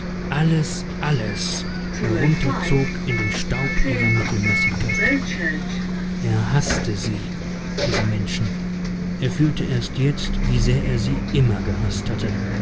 alles alles herunterzog in den staub ihrer mittelmäßigkeit er haßte sie diese menschen er fühlte erst jetzt wie sehr er sie immer gehaßt hatte